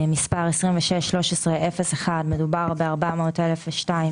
מס' 261301, מדובר ב-- - אלפי ₪,